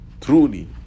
truly